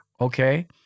okay